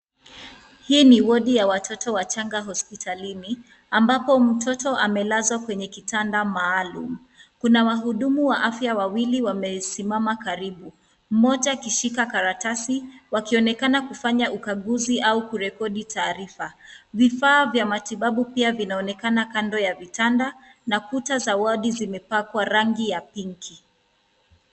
Hii ni wadi ya watoto wachanga hospitialini, ambapo mtoto amelazwa kwenye kitanda maalum. Kuna wahudumu wa afya wawili wamesimama karibu. Mmoja akishika karatasi wakionekana kufanya ukaguzi au kurekodi taarifa. Vifaa vya matibabu pia vinaonekana kando ya vitanda na kuta za wadi zimepakwa rangi ya pink .